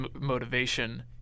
motivation